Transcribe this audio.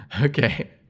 Okay